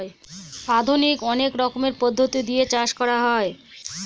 আধুনিক অনেক রকমের পদ্ধতি দিয়ে চাষ করা হয়